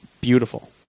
beautiful